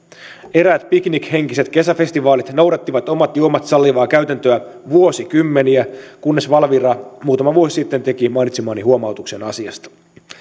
eräät piknikhenkiset kesäfestivaalit noudattivat omat juomat sallivaa käytäntöä vuosikymmeniä kunnes valvira muutama vuosi sitten teki mainitsemani huomautuksen asiasta